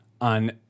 on